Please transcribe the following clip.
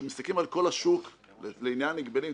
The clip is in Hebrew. כשמסתכלים על כל השוק לעניין הגבלים,